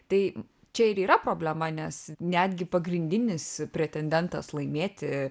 tai čia ir yra problema nes netgi pagrindinis pretendentas laimėti